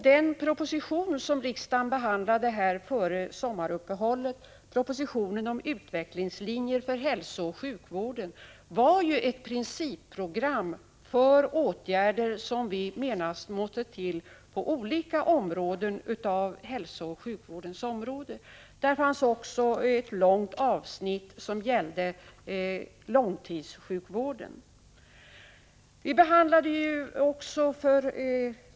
Den proposition om utvecklingslinjer för hälsooch sjukvården som riksdagen behandlade före sommaruppehållet var ett principprogram, där vi angav vilka åtgärder som vi menar måste till på olika områden inom hälsooch sjukvården. I denna proposition fanns också ett långt avsnitt om långtidssjukvården.